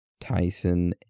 Tyson